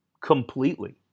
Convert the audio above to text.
completely